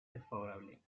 desfavorable